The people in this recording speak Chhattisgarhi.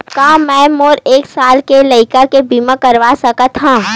का मै मोर एक साल के लइका के बीमा करवा सकत हव?